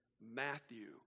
Matthew